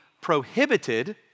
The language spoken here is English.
prohibited